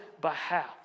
behalf